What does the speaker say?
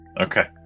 Okay